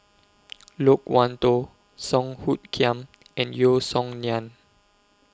Loke Wan Tho Song Hoot Kiam and Yeo Song Nian